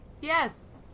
Yes